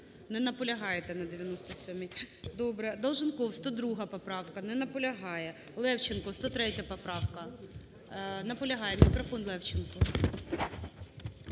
Долженков, 102 поправка. Не наполягає. Левченко, 103 поправка. Наполягає. Мікрофон Левченку.